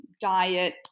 diet